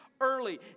early